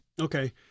Okay